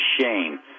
shame